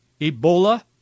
Ebola